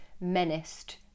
menaced